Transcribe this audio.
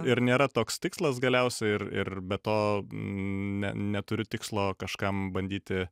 ir nėra toks tikslas galiausiai ir ir be to ne neturiu tikslo kažkam bandyti